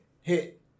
Hit